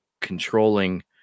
controlling